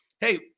Hey